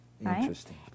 Interesting